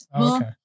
Okay